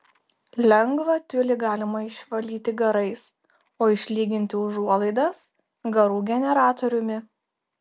lengvą tiulį galima išvalyti garais o išlyginti užuolaidas garų generatoriumi